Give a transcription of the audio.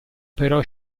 però